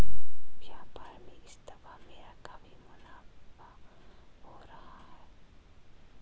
व्यापार में इस दफा मेरा काफी मुनाफा हो रहा है